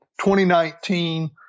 2019